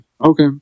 okay